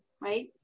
right